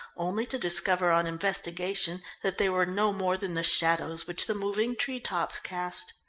only to discover on investigation that they were no more than the shadows which the moving tree-tops cast.